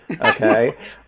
okay